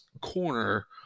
corner